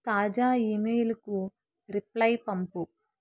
తాజా ఈమెయిల్కు రిప్లై పంపు